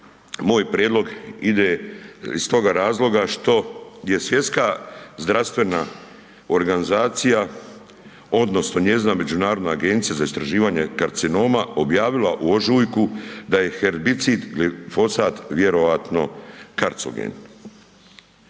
moj prijedlog ide iz toga razloga što je Svjetska zdravstvena organizacija odnosno njezina Međunarodna agencija za istraživanje karcinoma objavila u ožujku da je herbicid glifosat vjerojatno karcogen.